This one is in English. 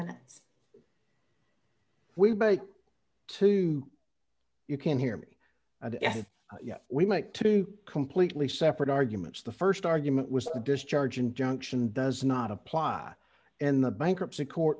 minutes we buy two you can hear me and yet we make two completely separate arguments the st argument was the discharge injunction does not apply in the bankruptcy court